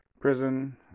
prison